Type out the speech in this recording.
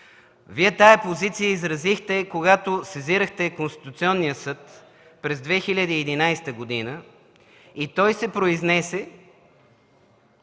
Вие тази позиция я изразихте, когато сезирахте Конституционния съд през 2011 г. и той се произнесе,